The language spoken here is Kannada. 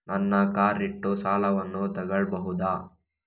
ನನ್ನ ಕಾರ್ ಇಟ್ಟು ಸಾಲವನ್ನು ತಗೋಳ್ಬಹುದಾ?